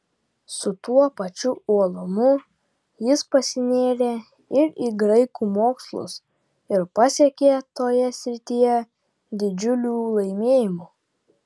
su tuo pačiu uolumu jis pasinėrė ir į graikų mokslus ir pasiekė toje srityje didžiulių laimėjimų